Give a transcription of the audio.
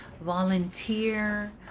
Volunteer